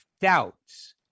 doubts